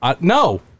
No